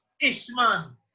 Ishman